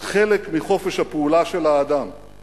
חלק מחופש הפעולה של האדם.